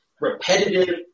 repetitive